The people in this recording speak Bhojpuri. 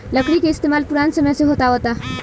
लकड़ी के इस्तमाल पुरान समय से होत आवता